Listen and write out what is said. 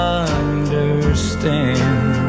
understand